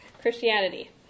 Christianity